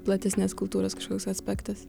platesnės kultūros kažkoks aspektas